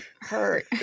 hurt